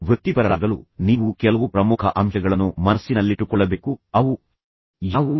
ವೃತ್ತಿಪರರಾಗಲು ನೀವು ಕೆಲವು ಪ್ರಮುಖ ಅಂಶಗಳನ್ನು ಮನಸ್ಸಿನಲ್ಲಿಟ್ಟುಕೊಳ್ಳಬೇಕು ಎಂದು ನಾನು ಹೇಳಿದೆ ಅವು ಯಾವುವು